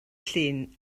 llun